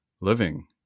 living